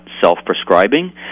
self-prescribing